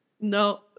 No